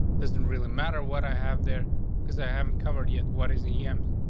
doesn't really matter what i have there because i haven't covered yet. what is the, um